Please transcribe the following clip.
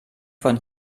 von